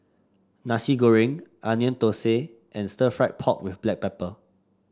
Nasi Goreng Onion Thosai and Stir Fried Pork with Black Pepper